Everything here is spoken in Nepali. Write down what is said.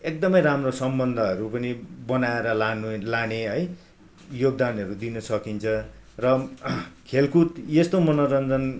एकदमै राम्रो सम्बन्धहरू पनि बनाएर लानु लाने है योगदानहरू दिनसकिन्छ र खेलकुद यस्तो मनोरञ्जन